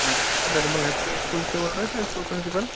नमस्ते sir Nirmal happy school से बोल रहे हैं सर स्कूल प्रिंसिपल